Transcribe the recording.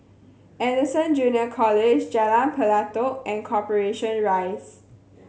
Anderson Junior College Jalan Pelatok and Corporation Rise